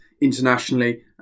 internationally